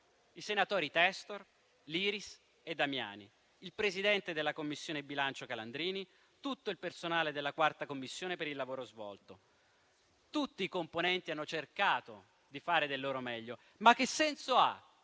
i senatori Testor, Liris e Damiani, il Presidente della Commissione bilancio Calandrini e tutto il personale della 5a Commissione per il lavoro svolto. Tutti i componenti hanno cercato di fare del loro meglio, ma che senso ha